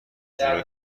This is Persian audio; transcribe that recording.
جورایی